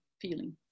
feeling